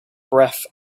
breath